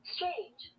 Strange